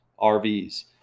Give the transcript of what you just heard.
rvs